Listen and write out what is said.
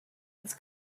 its